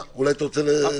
אולי אתה רוצה למרכז אותי?